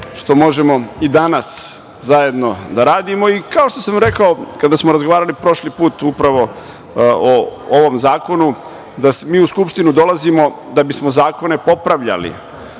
što možemo i danas zajedno da radimo i, kao što sam rekao kada smo razgovarali prošli put upravo o ovom zakonu, da mi u Skupštinu dolazimo da bismo zakone popravljali,